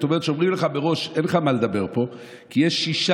זאת אומרת,